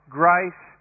grace